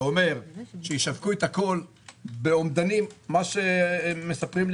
זה אומר שישפו הכול באומדנים מה שמספרים לי